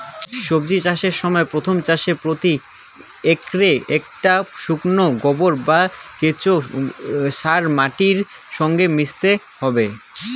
সবজি চাষের সময় প্রথম চাষে প্রতি একরে কতটা শুকনো গোবর বা কেঁচো সার মাটির সঙ্গে মেশাতে হবে?